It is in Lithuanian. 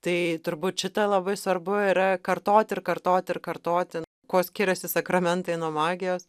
tai turbūt šitą labai svarbu yra kartot ir kartot ir kartoti kuo skiriasi sakramentai nuo magijos